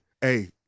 Hey